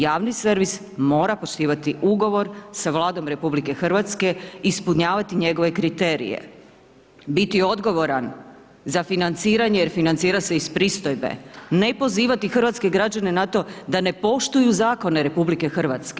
Javni servis mora poštivati ugovor sa Vladom RH i ispunjavati njegove kriterije, biti odgovoran za financiranje jer financira se iz pristojbe, ne pozivati hrvatske građane na to da ne poštuju zakone RH.